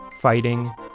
fighting